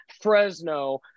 Fresno